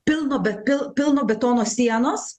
pilno bet pil pilno betono sienos